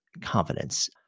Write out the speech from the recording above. confidence